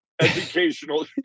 educational